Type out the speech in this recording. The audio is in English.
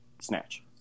Snatch